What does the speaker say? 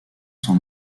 sont